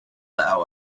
bow